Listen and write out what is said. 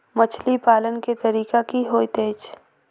मछली पालन केँ तरीका की होइत अछि?